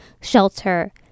shelter